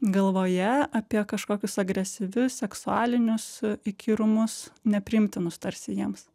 galvoje apie kažkokius agresyvius seksualinius įkyrumus nepriimtinus tarsi jiems